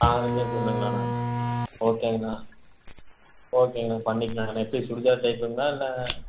நாலுமே பொண்ணுங்களாண்ணா ஓகேங்கண்ணா ஓகேங்கண்ணா பண்ணிக்கலாம்ண்ணா எப்படி சுடிதார் டைப்புங்களா இல்லை